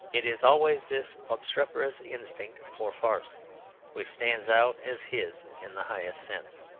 it is always this obstreperous instinct for farce which stands out as his in the highest sense.